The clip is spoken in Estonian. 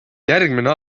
järgmine